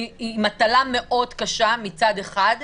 הוא מטלה מאוד קשה מצד אחד.